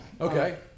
Okay